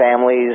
families